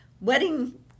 wedding